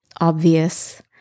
obvious